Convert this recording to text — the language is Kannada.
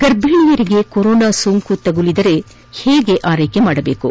ಗರ್ಭಿಣಿಯರಿಗೆ ಕೊರೊನಾ ಸೋಂಕು ತಗುಲಿದರೆ ಹೇಗೆ ಆರೈಕೆ ಮಾಡಬೇಕು